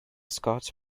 scots